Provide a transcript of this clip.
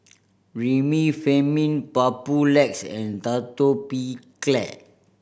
Remifemin Papulex and Atopiclair